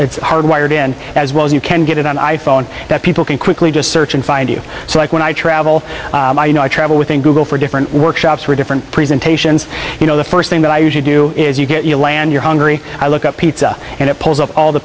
it's hard wired in as well as you can it is an i phone that people can quickly just search and find you so like when i travel you know i travel within google for different workshops or different presentations you know the first thing that i usually do is you get your land you're hungry i look up pizza and it pulls up all the